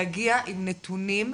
להגיע עם נתונים,